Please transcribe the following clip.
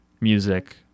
music